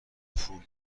پول